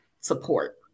support